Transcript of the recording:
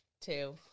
two